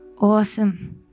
Awesome